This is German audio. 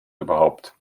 überhaupt